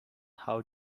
how